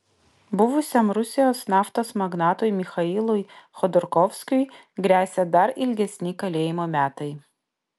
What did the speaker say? buvusiam rusijos naftos magnatui michailui chodorkovskiui gresia dar ilgesni kalėjimo metai